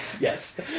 Yes